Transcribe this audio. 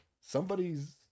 somebody's